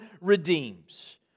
redeems